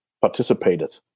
participated